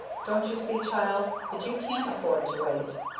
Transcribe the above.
don't you see, child, that you can't afford to wait?